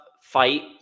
fight